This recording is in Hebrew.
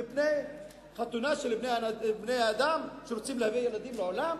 מפני חתונה של בני-אדם שרוצים להביא ילדים לעולם.